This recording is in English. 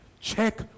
check